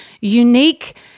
unique